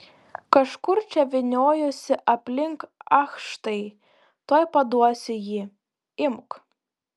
kažkur čia vyniojosi aplink ach štai tuoj paduosiu jį imk